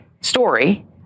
story